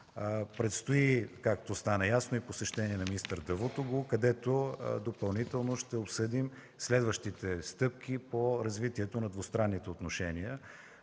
Предстои, както стана ясно, и посещение на министър Давутоглу, където допълнително ще обсъдим следващите стъпки по развитието на двустранните отношения.